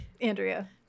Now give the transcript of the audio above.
Andrea